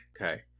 Okay